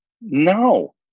No